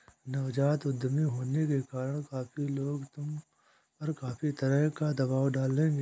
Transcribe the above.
नवजात उद्यमी होने के कारण काफी लोग तुम पर काफी तरह का दबाव डालेंगे